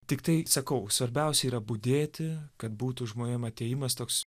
tiktai sakau svarbiausia yra budėti kad būtų žmonėm atėjimas toks